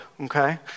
Okay